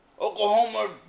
Oklahoma